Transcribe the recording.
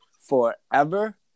forever